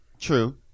True